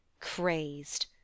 Crazed